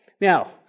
Now